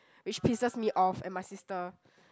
which pisses me off and my sister